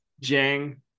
Jang